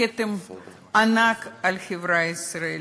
כתם ענק על החברה הישראלית.